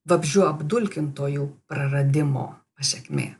vabzdžių apdulkintojų praradimo pasėkmė